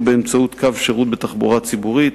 באמצעות קו שירות בתחבורה הציבורית,